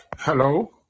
Hello